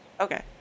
Okay